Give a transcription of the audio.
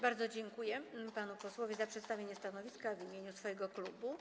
Bardzo dziękuję panu posłowi za przedstawienie stanowiska w imieniu swojego klubu.